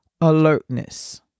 alertness